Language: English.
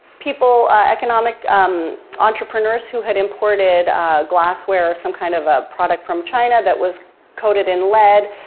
people economic entrepreneurs who had imported glassware, some kind of a product from china that was coated in lead,